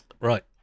Right